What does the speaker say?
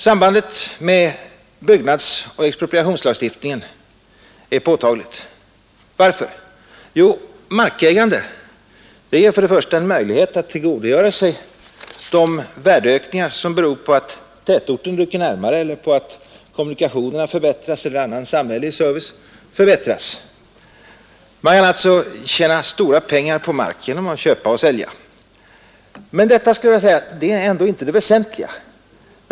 Sambandet med byggnadsoch expropriationslagstiftningen är påtagligt. Varför? Markägande ger möjlighet att tillgodogöra sig värdeökning som beror på att tätorten rycker närmare eller på att kommunikationer och annan samhällelig service förbättras. Man kan alltså tjäna stora pengar på mark genom att köpa och sälja. Men detta är ändå inte det väsentliga.